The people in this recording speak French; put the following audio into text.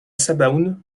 sebaoun